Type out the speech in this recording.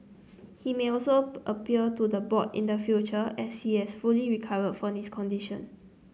he may also appeal to the board in the future as he has fully recovered from this condition